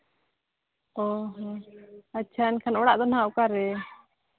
ᱚ ᱦᱚᱸ ᱟᱪᱪᱷᱟ ᱮᱱᱠᱷᱟᱱ ᱚᱲᱟᱜ ᱫᱚ ᱦᱟᱸᱜ ᱚᱠᱟᱨᱮ